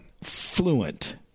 fluent